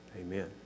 Amen